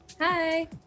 Hi